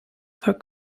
for